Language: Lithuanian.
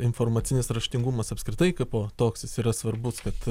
informacinis raštingumas apskritai kaipo toks jis yra svarbus kad